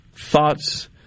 thoughts